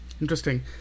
interesting